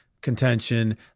contention